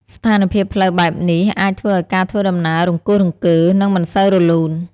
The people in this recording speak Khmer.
ស្ថានភាពផ្លូវបែបនេះអាចធ្វើឱ្យការធ្វើដំណើរ រង្គោះរង្គើ និងមិនសូវរលូន។